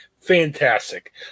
Fantastic